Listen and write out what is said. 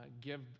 give